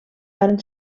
varen